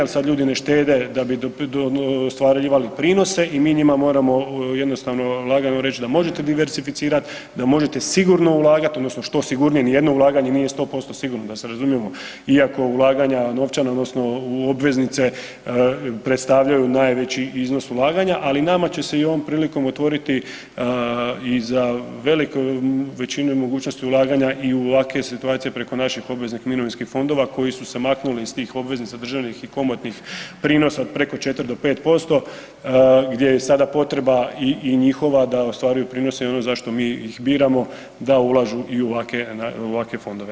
Al sad ljudi ne štede da bi ostvarivali prinose i mi njima moramo jednostavno lagano reć da možete diversificirat, da možete sigurno ulagat odnosno što sigurnije, nijedno ulaganje nije 100% sigurno da se razumijemo iako ulaganja novčana odnosno u obveznice predstavljaju najveći iznos ulaganja, ali nama će se i ovom prilikom otvoriti i za veliku većinu i mogućnost ulaganja i u ovakve situacije preko naših obveznih mirovinskih fondova koji su se maknuli iz tih obveznica državnih i komotnih prinosa od preko 4 do 5% gdje je sada potreba i njihova da ostvaruju prinose i ono zašto mi ih biramo da ulažu i u ovakve, u ovakve fondove.